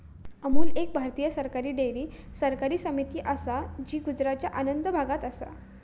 अमूल एक भारतीय सरकारी डेअरी सहकारी समिती असा जी गुजरातच्या आणंद भागात असा